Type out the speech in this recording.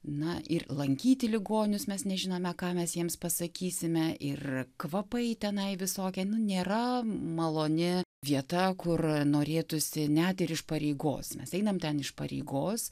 na ir lankyti ligonius mes nežinome ką mes jiems pasakysime ir kvapai tenai visokie nu nėra maloni vieta kur norėtųsi net ir iš pareigos mes einam ten iš pareigos